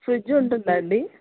fridge ఉంటుందా అండీ